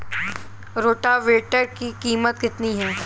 Rotavator की कीमत कितनी है?